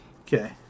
Okay